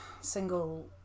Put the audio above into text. single